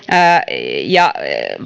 ja